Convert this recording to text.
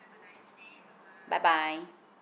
bye bye